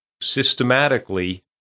systematically